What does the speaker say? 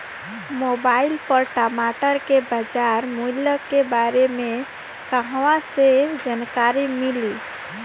Mobile पर टमाटर के बजार मूल्य के बारे मे कहवा से जानकारी मिली?